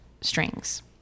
strings